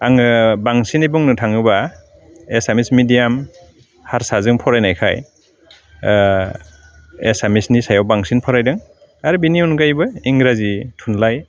आङो बांसिनै बुंनो थाङोबा एसामिस मिदियाम हारसाजों फरायनायखाय एसामिसनि सायाव बांसिन फरायदों आरो बिनि अनगायैबो इंराजि थुनलाइ